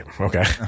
Okay